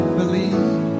believe